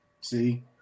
See